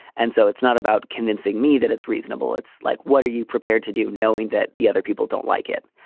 and so it's not about convincing me that it's reasonable. it's like, what are you prepared to do? knowing that the other people don't like it?